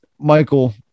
Michael